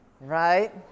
right